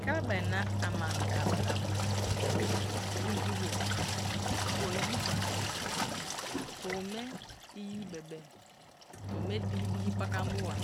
Kalabari na ama anga brabo ingibo tnbo iyi ba, tuo me iyi be̱be̱ tuo me digi digi pakam bo ba,